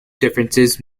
differences